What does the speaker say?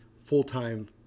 full-time